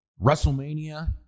WrestleMania